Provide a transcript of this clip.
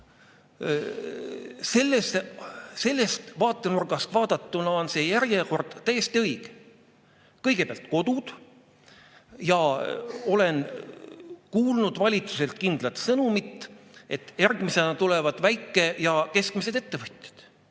vaatenurgast vaadatuna on see järjekord täiesti õige. Kõigepealt kodud. Ja ma olen kuulnud valitsuselt kindlat sõnumit, et järgmisena tulevad väike‑ ja keskmised ettevõtjad.